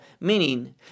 meaning